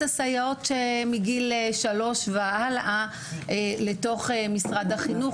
הסייעות שמגיל שלוש והלאה לתוך משרד החינוך.